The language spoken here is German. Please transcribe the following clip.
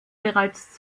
bereits